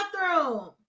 bathroom